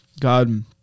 God